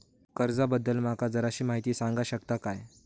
कर्जा बद्दल माका जराशी माहिती सांगा शकता काय?